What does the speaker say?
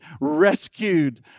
rescued